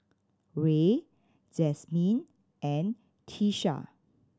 Rey Jasmyn and Tyesha